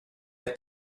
out